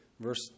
Verse